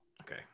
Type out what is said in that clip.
Okay